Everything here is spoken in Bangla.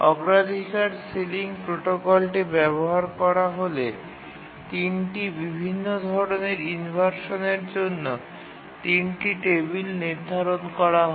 অগ্রাধিকার সিলিং প্রোটোকলটি ব্যবহার করা হলে ৩ টি বিভিন্ন ধরণের ইনভারশানের জন্য ৩ টি টেবিল নির্ধারণ করা হয়